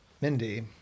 Mindy